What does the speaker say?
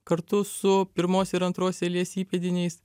kartu su pirmos ir antros eilės įpėdiniais